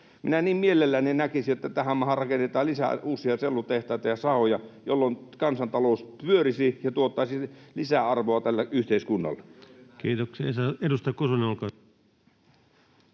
Minä niin mielelläni näkisin, että tähän maahan rakennettaisiin lisää uusia sellutehtaita ja sahoja, jolloin kansantalous pyörisi ja tuottaisi lisäarvoa tälle yhteiskunnalle. [Petri Huru: Juuri näin!]